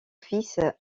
fils